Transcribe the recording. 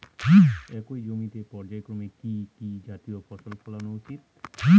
একই জমিতে পর্যায়ক্রমে কি কি জাতীয় ফসল ফলানো উচিৎ?